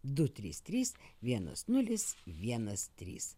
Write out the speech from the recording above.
du trys trys vienas nulis vienas trys